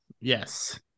Yes